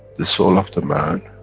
the soul of the man,